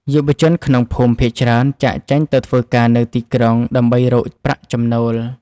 យុវជនក្នុងភូមិភាគច្រើនចាកចេញទៅធ្វើការនៅទីក្រុងដើម្បីរកប្រាក់ចំណូល។